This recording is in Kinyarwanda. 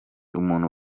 umuntu